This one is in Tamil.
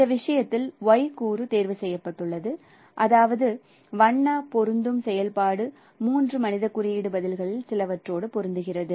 இந்த விஷயத்தில் Y கூறு தேர்வு செய்யப்பட்டது அதாவது வண்ண பொருந்தும் செயல்பாடு மூன்று மனித குறியீடு பதில்களில் சிலவற்றோடு பொருந்துகிறது